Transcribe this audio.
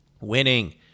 Winning